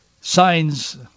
signs